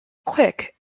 quick